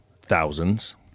thousands